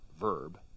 verb